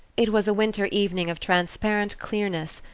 it was a winter evening of transparent clearness,